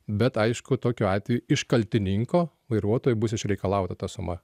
bet aišku tokiu atveju iš kaltininko vairuotojui bus išreikalauta ta suma